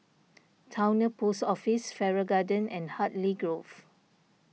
Towner Post Office Farrer Garden and Hartley Grove